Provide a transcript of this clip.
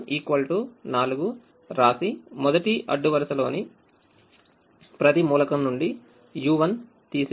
కాబట్టి u14 రాశి మొదటి అడ్డు వరుసలోనిప్రతి మూలకం నుండి u1తీసివేయండి